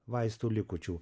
vaistų likučių